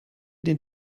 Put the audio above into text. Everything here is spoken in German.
den